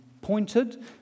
pointed